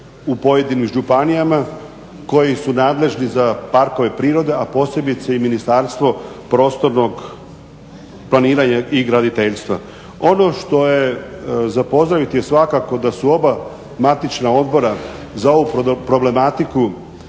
u pojedinim županijama koji su nadležni za parkove prirode, a posebice i Ministarstvo prostornog planiranja i graditeljstva. Ono što je za pozdraviti je svakako da su oba matična odbora za ovu problematiku